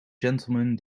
gentlemen